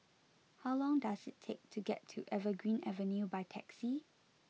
how long does it take to get to Evergreen Avenue by taxi